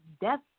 death